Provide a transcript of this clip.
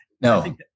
No